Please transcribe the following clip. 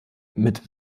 mit